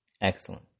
Excellent